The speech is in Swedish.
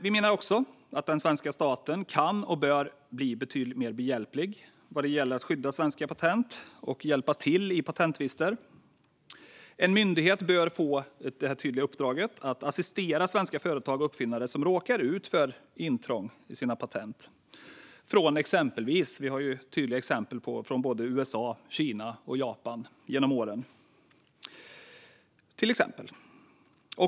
Vi menar också att den svenska staten kan och bör bli betydligt mer behjälplig vad gäller att skydda svenska patent och hjälpa till i patenttvister. En myndighet bör få ett tydligt uppdrag att assistera svenska företag och uppfinnare som råkar ut för intrång i sina patent. Vi har sett tydliga exempel på sådant i USA, Kina och Japan genom åren.